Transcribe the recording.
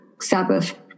Sabbath